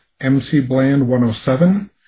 mcbland107